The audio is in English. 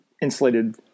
insulated